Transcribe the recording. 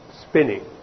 spinning